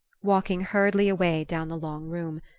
walking hurriedly away down the long room,